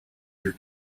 your